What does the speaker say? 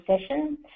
session